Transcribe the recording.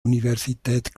universität